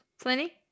Plenty